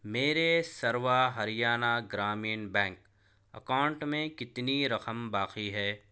میرے Sarva Haryana Gramin bank account میں کتنی رقم باقی ہے